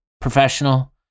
professional